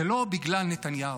זה לא בגלל נתניהו.